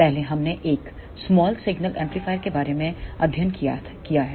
पहले हमने एक स्मॉल सिग्नल एम्पलीफायर के बारे में अध्ययन किया है